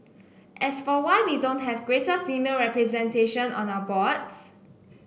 as for why we don't have greater female representation on our boards